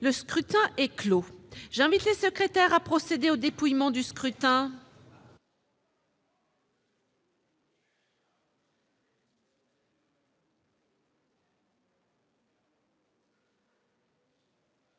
Le scrutin est clos. J'invite Mmes et MM. les secrétaires à procéder au dépouillement du scrutin.